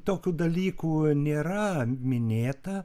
tokių dalykų nėra minėta